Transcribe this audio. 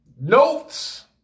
Notes